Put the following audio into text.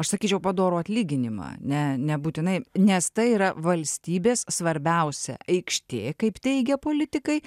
aš sakyčiau padorų atlyginimą ne nebūtinai nes tai yra valstybės svarbiausia aikštė kaip teigia politikai